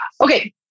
Okay